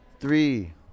Three